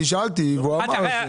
אני שאלתי והוא אמר.